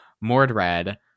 Mordred